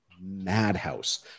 madhouse